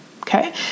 Okay